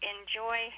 enjoy